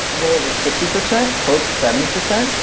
and well over sixty percent, close to seventy percent,